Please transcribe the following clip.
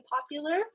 popular